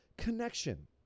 connection